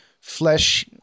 flesh